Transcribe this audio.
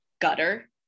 gutter